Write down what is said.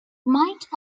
might